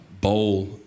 bowl